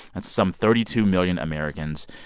and some thirty two million americans.